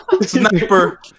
Sniper